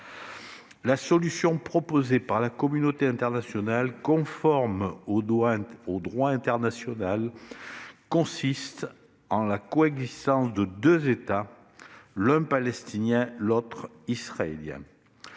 La solution proposée par la communauté internationale, conforme au droit international, consiste en la coexistence de deux États, l'un palestinien, l'autre israélien.